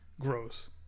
gross